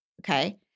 Okay